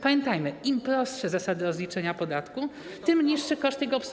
Pamiętajmy, im prostsze zasady rozliczenia podatku, tym niższe koszty jego obsługi.